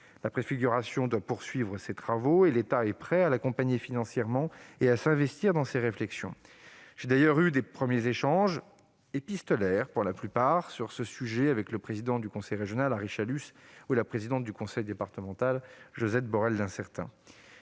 La préfiguration doit poursuivre ses travaux ; l'État est prêt à l'accompagner financièrement et à s'impliquer dans la réflexion. J'ai d'ailleurs eu de premiers échanges sur ce sujet- ils étaient épistolaires, pour la plupart -avec le président du conseil régional, Ary Chalus, et la présidente du conseil départemental, Josette Borel-Lincertin.